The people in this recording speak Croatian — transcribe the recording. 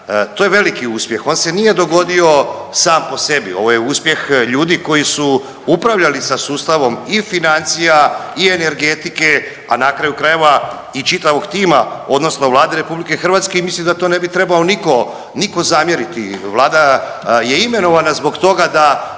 To je veliki uspjeh. On se nije dogodio sam po sebi. Ovo je uspjeh ljudi koji su upravljali sa sustavom i financija i energetike, a na kraju krajeva i čitavog tima odnosno Vlade RH i mislim da to ne bi trebao nitko, nitko zamjeriti. Vlada je imenovana zbog toga da